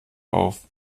auf